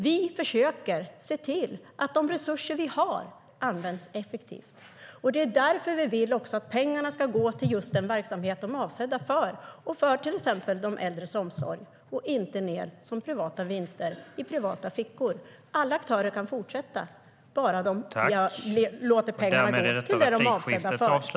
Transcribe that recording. Vi försöker se till att de resurser vi har används effektivt. Det är därför vi vill att pengarna ska gå till just den verksamhet de är avsedda för, till exempel de äldres omsorg, och inte som privata vinster ned i privata fickor. Alla aktörer kan fortsätta bara de låter pengarna gå till det de är avsedda för.